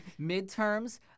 midterms